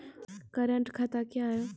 Current खाता क्या हैं?